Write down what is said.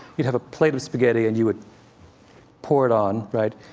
you'd have a plate of spaghetti, and you would pour it on, right?